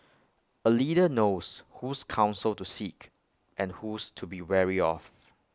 A leader knows whose counsel to seek and whose to be wary of